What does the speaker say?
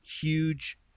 huge